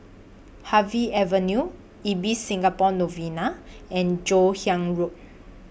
Harvey Avenue Ibis Singapore Novena and Joon Hiang Road